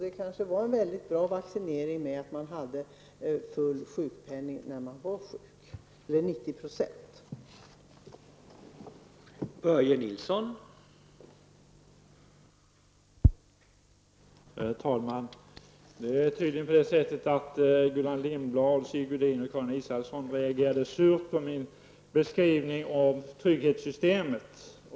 Det kanske var en bra vaccinering att man hade full sjukpenning, eller i varje fall 90 %, när man var sjuk.